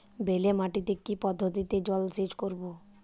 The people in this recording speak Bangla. বেলে মাটিতে কি পদ্ধতিতে জলসেচ করব?